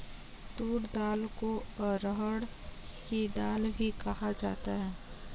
तूर दाल को अरहड़ की दाल भी कहा जाता है